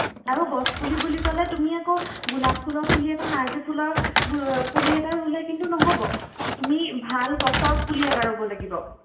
আৰু গছ পুলি বুলি ক'লে তুমি আকৌ গোলাপ ফুলৰ পুলি এটা নাৰ্জি ফুলৰ পুলি এটা ৰুলে কিন্তু নহ'ব তুমি ভাল গছৰ পুলি এটা ৰুব লাগিব